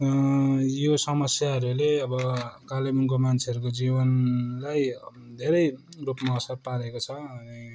यो समस्याहरूले अब कालिम्पोङको मान्छेहरूको जीवनलाई धेरै रूपमा असर पारेको छ अनि